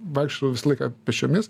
vaikštau visą laiką pėsčiomis